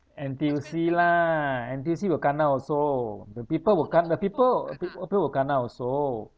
N_T_U_C lah N_T_U_C will kena also the people will ke~ the people uh peo~ people will kena also